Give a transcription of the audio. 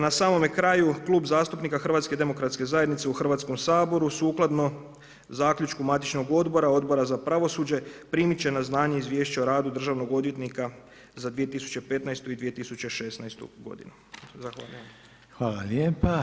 Na samome kraju Klub zastupnika HDZ-a u Hrvatskom saboru, sukladno zaključku matičnog odbora, Odbora za pravosuđe, primiti će na znanje izvješće o radu Državnog odvjetnika za 2015. i 2016. g. Zahvaljujem.